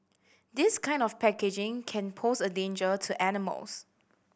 this kind of packaging can pose a danger to animals